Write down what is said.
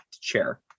chair